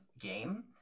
game